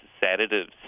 sedatives